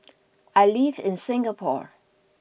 I live in Singapore